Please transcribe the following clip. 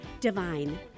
divine